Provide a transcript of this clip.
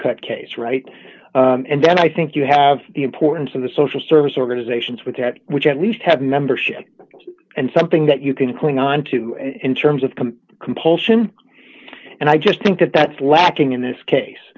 cut case right and then i think you have the importance of the social service organizations which at which at least have membership and something that you can cling onto in terms of come compulsion and i just think that that's lacking in this